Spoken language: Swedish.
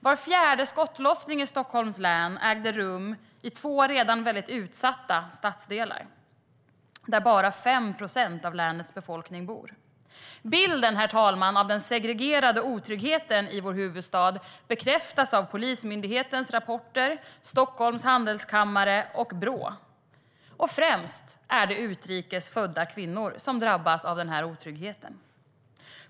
Var fjärde skottlossning i Stockholms län ägde rum i två redan väldigt utsatta stadsdelar där bara 5 procent av länets befolkning bor. Herr talman! Bilden av den segregerade otryggheten i vår huvudstad bekräftas av Polismyndighetens rapporter, Stockholms Handelskammare och Brå. Främst är det utrikes födda kvinnor som drabbas av otryggheten.